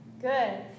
Good